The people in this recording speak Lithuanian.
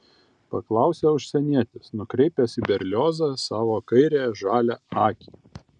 paklausė užsienietis nukreipęs į berliozą savo kairiąją žalią akį